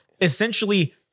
essentially